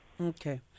Okay